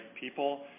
people